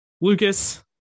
Lucas